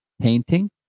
painting